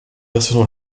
versions